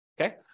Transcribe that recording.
Okay